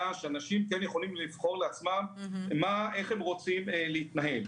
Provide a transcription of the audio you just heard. שאנשים כן יכולים לבחור לעצמם איך הם רוצים להתנהג.